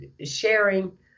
sharing